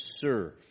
serve